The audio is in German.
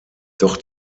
doch